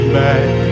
back